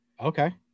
Okay